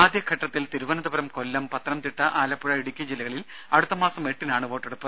ആദ്യഘട്ടത്തിൽ തിരുവനന്തപുരം കൊല്ലം പത്തനംതിട്ട ആലപ്പുഴ ഇടുക്കി ജില്ലകളിൽ അടുത്തമാസം എട്ടിനാണ് വോട്ടെടുപ്പ്